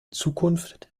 zukunft